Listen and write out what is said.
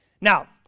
Now